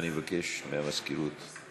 אני אבקש מהמזכירות.